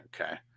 Okay